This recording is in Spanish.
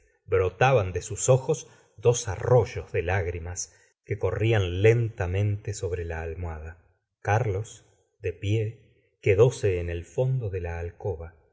brotaban de sus ojos dos arroyos de lágrimas que corrían lentamente sobre la almohada carlos de pie quedóse en el fondo de la alcoba